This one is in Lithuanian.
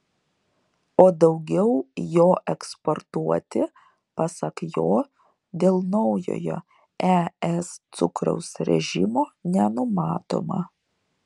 o daugiau jo eksportuoti pasak jo dėl naujojo es cukraus režimo nenumatoma